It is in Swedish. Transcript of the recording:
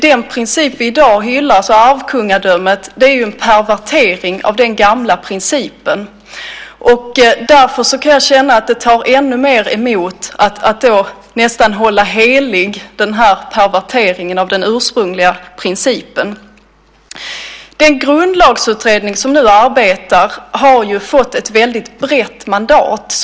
Den princip vi i dag hyllar, alltså arvkungadömet, är en pervertering av den gamla principen. Jag kan känna att det tar emot att hålla denna pervertering av den ursprungliga principen för helig. Den grundlagsutredning som nu arbetar har fått ett brett mandat.